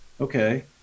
Okay